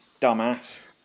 dumbass